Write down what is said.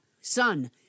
Son